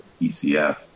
ECF